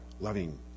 loving